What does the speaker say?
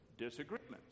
disagreements